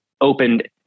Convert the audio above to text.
opened